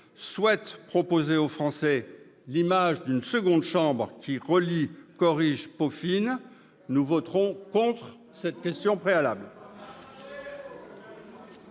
souhaite proposer aux Français l'image d'une seconde chambre qui relit, corrige et peaufine, nous voterons contre cette motion.